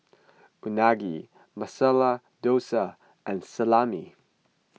Unagi Masala Dosa and Salami